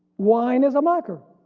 wine is a mocker.